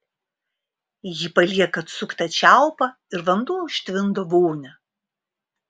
ji palieka atsuktą čiaupą ir vanduo užtvindo vonią